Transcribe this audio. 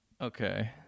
Okay